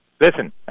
Listen